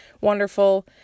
wonderful